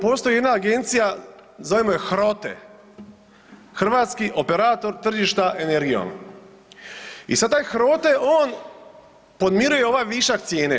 Postoji jedna agencija, zovemo je HROTE, Hrvatski operator tržišta energijom i sada taj HROTE on podmiruje ovaj višak cijene.